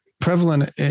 prevalent